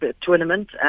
tournament